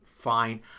fine